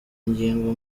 ingingo